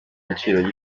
giciro